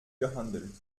gehandelt